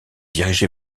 dirigé